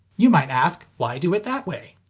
you might ask, why do it that way?